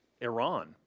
Iran